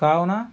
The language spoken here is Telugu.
కావున